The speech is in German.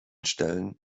stellen